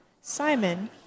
Simon